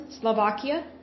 Slovakia